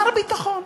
מר ביטחון.